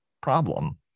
problem